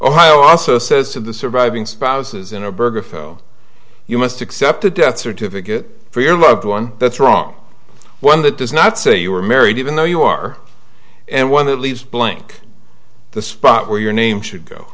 ohio also says to the surviving spouses in a burger photo you must accept a death certificate for your loved one that's wrong one that does not say you were married even though you are and one that leaves blank the spot where your name should go